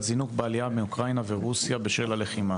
זינוק בעלייה מאוקראינה ורוסיה בשל הלחימה.